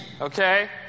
okay